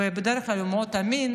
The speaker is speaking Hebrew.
ובדרך כלל הוא מאוד אמין,